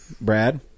brad